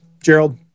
Gerald